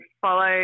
follow